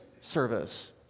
service